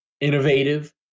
innovative